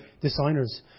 designers